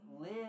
live